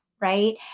right